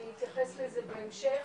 נתייחס לזה בהמשך,